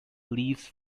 leaves